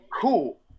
cool